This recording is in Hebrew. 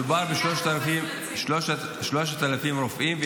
מדובר ב-3,000 רופאים,